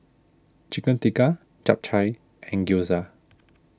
Chicken Tikka Japchae and Gyoza